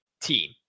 team